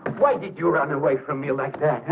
why did you run away from me like that.